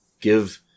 give